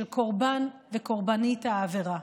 של קורבן וקורבנית העבירה.